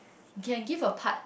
you can give a part